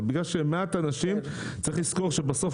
בגלל שהם מעט אנשים צריך לזכור שבסוף,